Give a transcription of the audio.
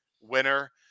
winner